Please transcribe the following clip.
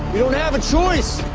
we don't have a choice.